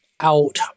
out